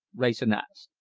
wrayson asked.